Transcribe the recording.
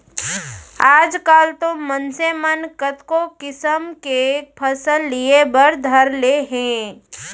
आजकाल तो मनसे मन कतको किसम के फसल लिये बर धर ले हें